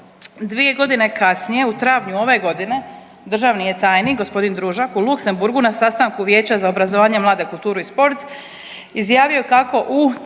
Dvije godine kasnije, u travnju ove godine državni je tajnik g. Družak u Luksemburgu na sastanku Vijeća za obrazovanje mlade, kulturu i sport izjavio kako u,